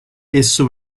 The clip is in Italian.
esso